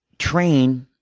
train